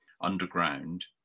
underground